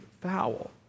foul